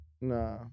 Nah